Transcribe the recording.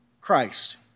Christ